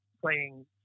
playing